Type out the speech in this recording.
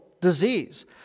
disease